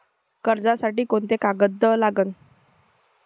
कर्जसाठी कोंते कागद लागन?